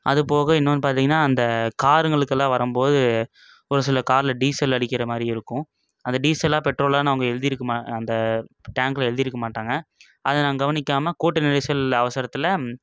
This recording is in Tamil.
அதுபோக இன்னொன்னு பார்த்தீங்கன்னா அந்த காருங்களுக்கெல்லாம் வரும்போது ஒரு சில காரில் டீசல் அடிக்கிற மாதிரி இருக்கும் அது டீசலா பெட்ரோலான்னு அவங்க எழுதியிருக்க அந்த டேங்க்கில் எழுதியிருக்க மாட்டாங்க அதை நான் கவனிக்காமல் கூட்ட நெரிசலில் அவசரத்தில்